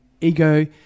ego